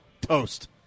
toast